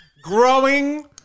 Growing